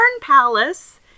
palace